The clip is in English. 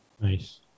Nice